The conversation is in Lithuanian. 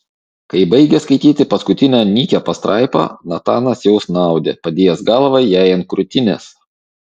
kai baigė skaityti paskutinę nykią pastraipą natanas jau snaudė padėjęs galvą jai ant krūtinės